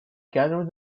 gathered